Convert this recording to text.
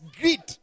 Greed